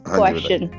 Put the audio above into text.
question